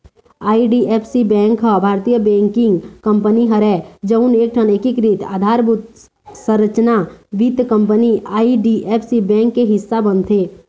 IDFC bank ह भारतीय banking company हरय जउन एकठन एकीकृत अधारभूत संरचना वित्त कंपनी आई.डी.एफ.सी बेंक के हिस्सा बनथे